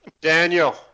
Daniel